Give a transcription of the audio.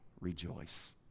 rejoice